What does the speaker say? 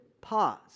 pause